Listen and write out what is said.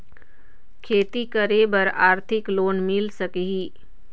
खेती करे बर आरथिक लोन मिल सकही?